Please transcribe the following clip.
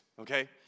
okay